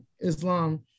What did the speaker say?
Islam